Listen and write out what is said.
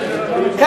זה תלוי בכם.